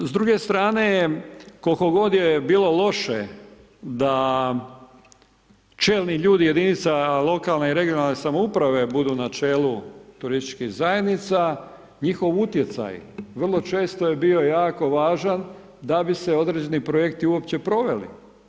S druge strane koliko god je bilo loše da čelni ljudi jedinica lokalne i regionalne samouprave budu na čelu turističkih zajednica, njihov utjecaj vrlo često je bio jako važan da bi se određeni projekti uopće proveli.